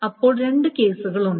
അപ്പോൾ രണ്ട് കേസുകളുണ്ട്